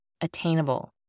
attainable